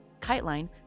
KiteLine